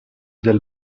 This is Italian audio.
del